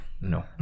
No